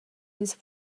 ins